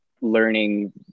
learning